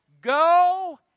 go